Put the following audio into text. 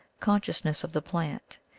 conscious ness of the plant,